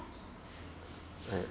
!aiya!